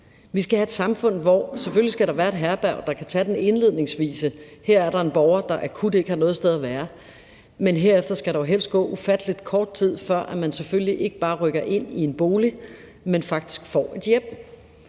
Vi skal have et samfund, hvor der selvfølgelig skal være herberg, der kan tage dem indledningsvis – her er der en borger, der akut ikke har noget sted at være – men herefter skal der jo helst gå ufattelig kort tid, før man selvfølgelig ikke bare rykker ind i en bolig, men faktisk får et hjem.